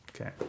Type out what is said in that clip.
Okay